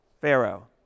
Pharaoh